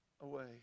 away